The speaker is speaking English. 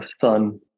son